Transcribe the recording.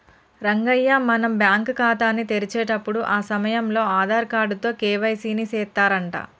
రంగయ్య మనం బ్యాంకు ఖాతాని తెరిచేటప్పుడు ఆ సమయంలో ఆధార్ కార్డు తో కే.వై.సి ని సెత్తారంట